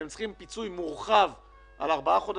והם צריכים פיצוי מורחב על ארבעה חודשים,